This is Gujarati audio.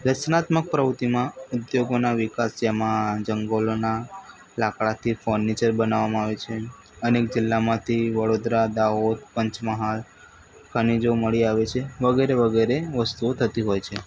દર્શનાત્મક પ્રવૃત્તિમાં ઉધોગોના વિકાસ જેમાં જંગલોના લાકડાંથી ફર્નિચર બનાવવામાં આવે છે અનેક જિલ્લામાંથી વડોદરા દાહોદ પંચમહાલ ખનીજો મળી આવે છે વગેરે વગેરે વસ્તુઓ થતી હોય છે